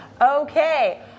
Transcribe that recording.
Okay